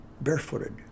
barefooted